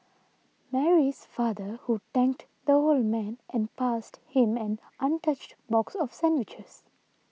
Mary's father who thanked the old man and passed him an untouched box of sandwiches